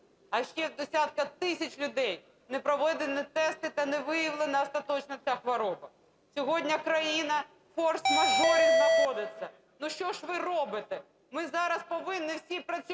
ще в десятків тисяч людей не проведені тести та не виявлена остаточно ця хвороба. Сьогодні країна в форс-мажорі знаходиться! Ну, що ж ви робите?! Ми зараз повинні всі працювати